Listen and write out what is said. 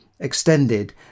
extended